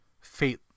fate